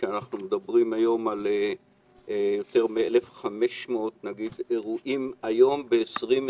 אנחנו מדברים היום על יותר מ-1,500 אירועים ב-2020,